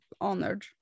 honored